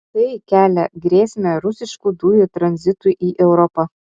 tai kelia grėsmę rusiškų dujų tranzitui į europą